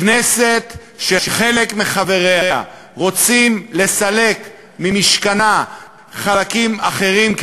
כנסת שחלק מחבריה רוצים לסלק ממשכנה חלקים אחרים כי